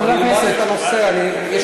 חברי הכנסת, אני אלמד את הנושא.